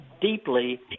deeply